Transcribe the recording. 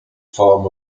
form